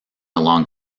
along